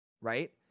right